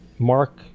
mark